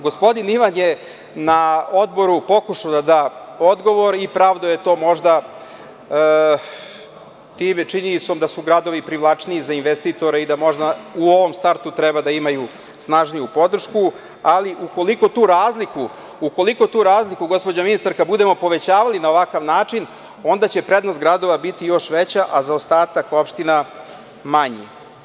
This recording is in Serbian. Gospodin Ivan je na odboru pokušao da da odgovor i pravdao je time činjenicom da su gradovi privlačniji za investitore i da možda u ovom startu imaju snažniju podršku, ali ukoliko tu razliku gospođo ministarka budemo povećavali na ovakav način onda će prednost gradova biti još veća, a za ostatak opština manji.